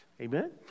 Amen